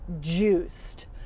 juiced